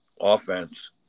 offense